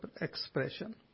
expression